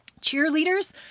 Cheerleaders